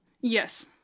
Yes